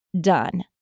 done